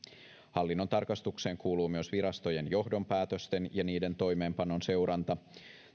hallinnon tarkastukseen kuuluvat myös virastojen johdon päätösten ja niiden toimeenpanon seuranta